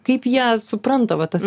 kaip jie supranta va tas